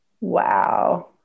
Wow